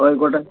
ഓ ആയിക്കോട്ടെ